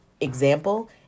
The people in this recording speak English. example